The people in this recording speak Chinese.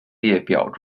列表